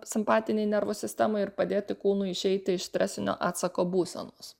simpatinėj nervų sistemoj ir padėti kūnui išeiti iš stresinio atsako būsenos